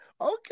Okay